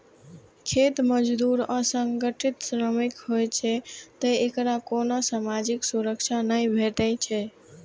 खेत मजदूर असंगठित श्रमिक होइ छै, तें एकरा कोनो सामाजिक सुरक्षा नै भेटै छै